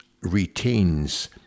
retains